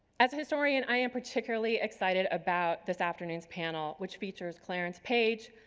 as a historian, i am particularly excited about this afternoon's panel, which features clarence page,